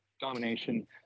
domination